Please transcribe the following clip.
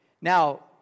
Now